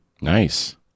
Nice